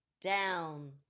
Down